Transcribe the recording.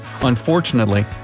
Unfortunately